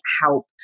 help